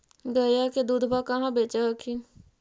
गया के दूधबा कहाँ बेच हखिन?